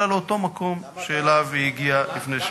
אלא לאותו מקום שאליו היא הגיעה לפני,